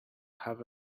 have